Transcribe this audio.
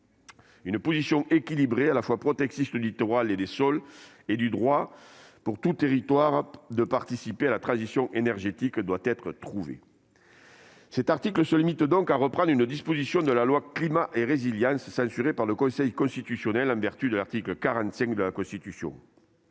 Une position équilibrée, à la fois protectrice du littoral et des sols, ainsi que du droit pour tout territoire de participer à la transition énergétique doit être trouvée. Ce texte se limite à reprendre une disposition de la loi Climat et résilience censurée par le Conseil constitutionnel en vertu de l'article 45 de la Constitution.